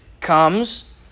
comes